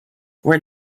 were